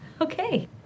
Okay